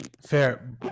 fair